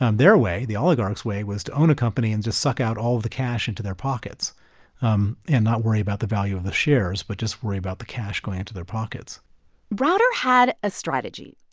um their way, the oligarchs' way, was to own a company and just suck out all the cash into their pockets um and not worry about the value of the shares but just worry about the cash going into their pockets browder had a strategy.